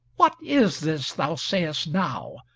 what is this thou sayest now?